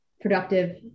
productive